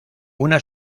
una